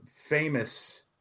famous